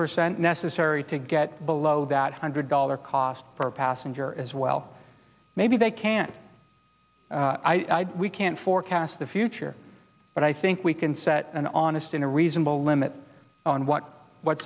percent necessary to get below that hundred dollar cost per passenger as well maybe they can't i can't forecast the future but i think we can set an honest in a reasonable limit on what what